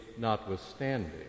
Notwithstanding